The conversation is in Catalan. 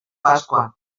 pasqua